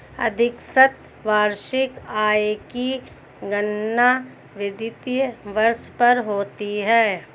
अधिकांशत वार्षिक आय की गणना वित्तीय वर्ष पर होती है